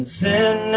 sin